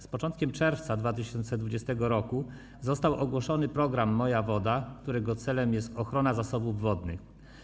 Z początkiem czerwca 2020 r. został ogłoszony program „Moja woda”, którego celem jest ochrona zasobów wodnych.